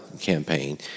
campaign